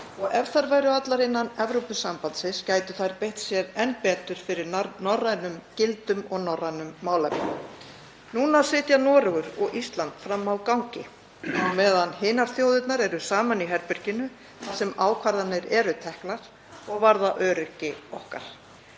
Ef þær væru allar innan Evrópusambandsins gætu þær beitt sér enn betur fyrir norrænum gildum og norrænum málefnum. Núna sitja Noregur og Ísland frammi á gangi meðan hinar þjóðirnar eru saman í herberginu þar sem ákvarðanir eru teknar sem varða öryggi okkar.